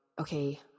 okay